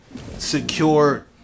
secure